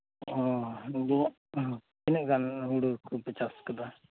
ᱚᱻ ᱟᱫᱚ ᱦᱮᱸ ᱛᱤᱱᱟᱹᱜ ᱜᱟᱱ ᱦᱳᱲᱳ ᱠᱚᱯᱮ ᱪᱟᱥ ᱟᱠᱟᱫᱟ